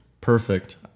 Perfect